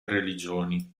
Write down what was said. religioni